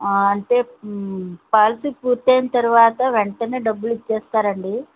అంటే పాలసీ పూర్తి అయిన తరువాత వెంటనే డబ్బులు ఇచ్చేస్తారాండి